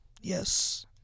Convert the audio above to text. Yes